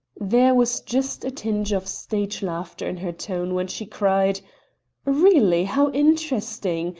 there was just a tinge of stage laughter in her tone when she cried really, how interesting!